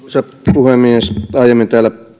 puhemies aiemmin täällä